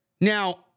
Now